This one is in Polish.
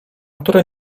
które